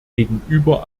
gegenüber